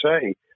say